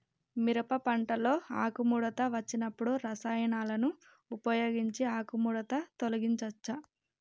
మిరప పంటలో ఆకుముడత వచ్చినప్పుడు రసాయనాలను ఉపయోగించి ఆకుముడత తొలగించచ్చా?